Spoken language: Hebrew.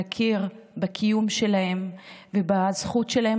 להכיר בקיום שלהם ובזכות שלהם,